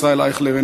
ישראל אייכלר,